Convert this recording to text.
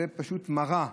זו פשוט מראה,